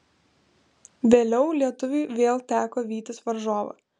vėliau lietuviui vėl teko vytis varžovą